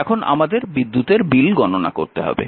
এখন আমাদের বিদ্যুতের বিল গণনা করতে হবে